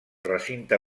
recinte